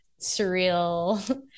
surreal